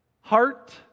heart